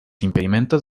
impedimentos